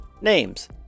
names